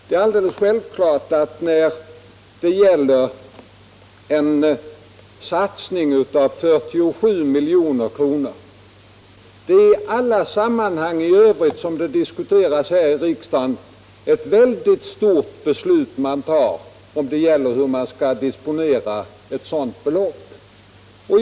Det är alldeles självklart att när det gäller en satsning av 47 milj.kr. är det i alla andra sammanhang här i riksdagen ett väldigt viktigt beslut som fattas om hur man skall disponera ett så stort belopp.